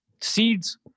seeds